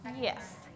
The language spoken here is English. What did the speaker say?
yes